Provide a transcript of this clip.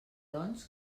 doncs